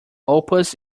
opus